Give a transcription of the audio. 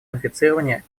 инфицирования